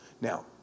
Now